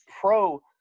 pro